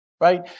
Right